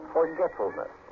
Forgetfulness